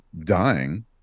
dying